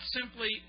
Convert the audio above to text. simply